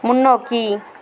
முன்னோக்கி